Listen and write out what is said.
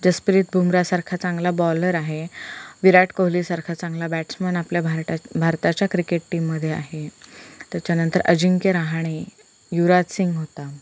जसप्रित बूमरासारखा चांगला बॉलर आहे विराट कोहलीसारखा चांगला बॅट्समन आपल्या भारटात भारताच्या क्रिकेट टीममध्ये आहे त्याच्यानंतर अजिंक्य रहाणे युवराज सिंग होता